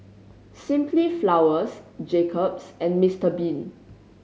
Simply Flowers Jacob's and Mister Bean